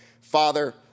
Father